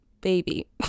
baby